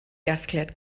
gasgliad